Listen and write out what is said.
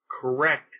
correct